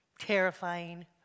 terrifying